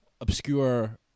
obscure